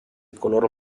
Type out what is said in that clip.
color